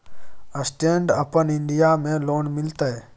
Stand up India में loan मिलते?